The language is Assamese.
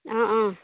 অঁ অঁ